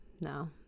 No